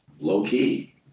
low-key